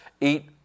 eat